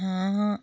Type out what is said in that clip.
হাঁহ